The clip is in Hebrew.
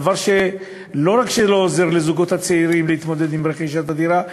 דבר שלא רק שלא עוזר לזוגות הצעירים להתמודד עם רכישת הדירה,